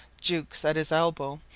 jukes, at his elbow,